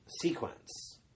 sequence